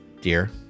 dear